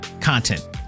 content